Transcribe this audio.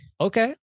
Okay